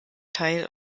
teil